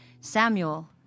Samuel